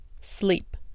sleep